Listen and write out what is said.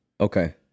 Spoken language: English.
Okay